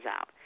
out